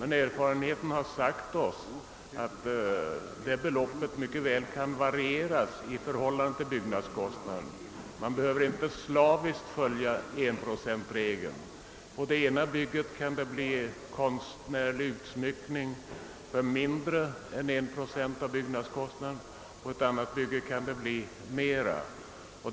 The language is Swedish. Men erfarenheten har sagt oss att beloppet mycket väl kan varieras i förhållande till byggnadskostnaderna. Man behöver inte slaviskt följa enprocentsregeln. På det ena bygget kan det bli konstnärlig utsmyckning för mindre än 1 procent av byggnadskostnaden, på ett annat kan det bli mera.